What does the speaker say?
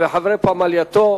וחברי פמלייתו,